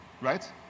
right